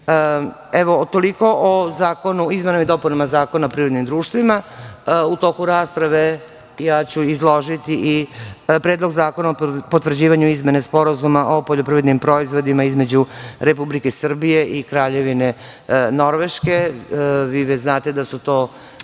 EU.Toliko o izmenama i dopunama Zakona o privrednim društvima. U toku rasprave ja ću izložiti i Predlog zakona o potvrđivanju izmene Sporazuma o poljoprivrednim proizvodima između Republike Srbije i Kraljevine Norveške. Vi već znate da su to